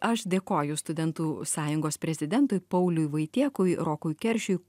aš dėkoju studentų sąjungos prezidentui pauliui vaitiekui rokui keršiui